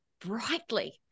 brightly